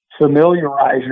Familiarize